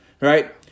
right